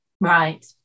Right